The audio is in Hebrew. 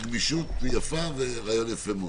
אני קצת מזכיר, דיונים שקיימנו